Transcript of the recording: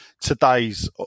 today's